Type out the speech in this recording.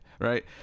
right